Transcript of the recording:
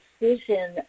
decision